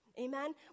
Amen